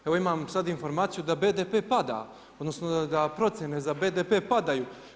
Evo imam sad informaciju da BDP pada, odnosno da procjene za BDP padaju.